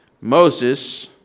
Moses